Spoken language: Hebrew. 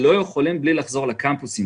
לא יכולים מבלי לחזור לקמפוסים.